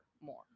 more